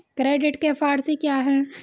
Credit के four C क्या हैं?